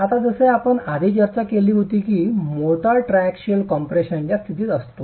आता जसे आपण आधी चर्चा केली होती की मोर्टार ट्रायएक्सियल कम्प्रेशनच्या स्थितीत असतो